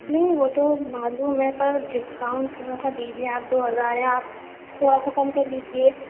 نہیں وہ تو معلوم ہے پر ڈسکاؤنٹ تھوڑا سا دیجیے آپ دو ہزار ہے آپ تھوڑا سا کم کر دیجیے